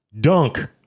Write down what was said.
Dunk